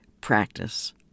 practice